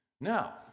Now